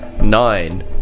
nine